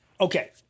okay